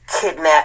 Kidnap